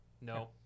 No